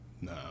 No